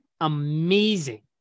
amazing